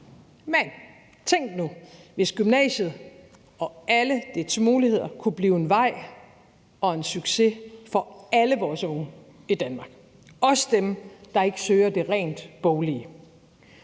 Men tænk nu, hvis gymnasiet og alle dets muligheder kunne blive en vej og en succes for alle vores unge i Danmark, også dem, der ikke søger det rent boglige.